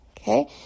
Okay